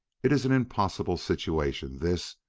it is an impossible situation, this,